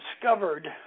discovered